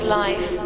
life